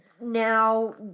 Now